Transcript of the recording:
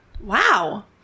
Wow